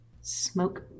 smoke